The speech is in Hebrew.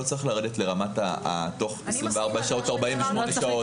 לא צריך לרדת לרמת תוך 24 שעות או 48 שעות.